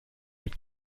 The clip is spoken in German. mit